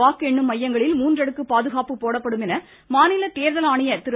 வாக்கு எண்ணும் மையங்களில் மூன்றடுக்கு பாதுகாப்பு போடப்படும் என்று மாநில தேர்தல் ஆணையர் திரு